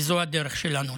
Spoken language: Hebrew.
וזאת הדרך שלנו.